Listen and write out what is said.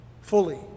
fully